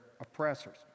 oppressors